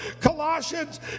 Colossians